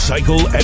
Cycle